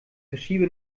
verschiebe